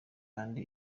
kandi